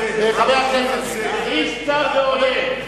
יש אפשרות,